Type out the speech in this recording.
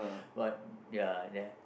but ya ya